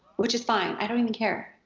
which is fine. i don't even care.